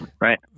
right